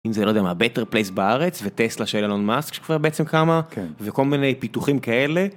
אם זה לא יודע מה בטר פליס בארץ וטסלה של אלון מאסק שכבר בעצם קמה, וכל מיני פיתוחים כאלה.